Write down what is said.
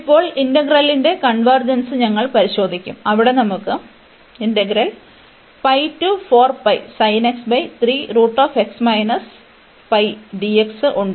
ഇപ്പോൾ ഇന്റഗ്രലിന്റെ കൺവെർജെൻസ് ഞങ്ങൾ പരിശോധിക്കും അവിടെ നമുക്ക് ഉണ്ട്